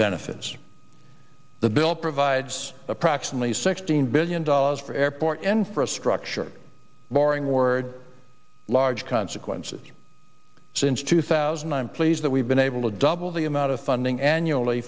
benefits the bill provides approximately sixteen billion dollars for airport infrastructure boring word large consequences since two thousand i'm pleased that we've been able to double the amount of funding annually